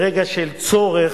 ברגע של צורך,